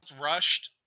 rushed